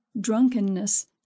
drunkenness